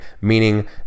meaning